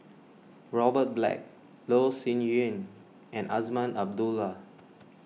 Robert Black Loh Sin Yun and Azman Abdullah